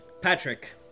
Patrick